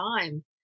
time